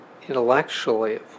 intellectually